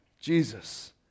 Jesus